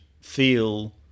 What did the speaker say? feel